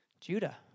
Judah